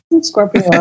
Scorpio